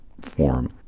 form